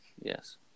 Yes